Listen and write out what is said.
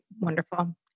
Wonderful